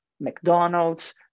McDonald's